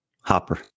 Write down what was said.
Hopper